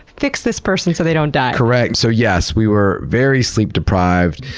fix this person so they don't die. correct. so yes, we were very sleep deprived.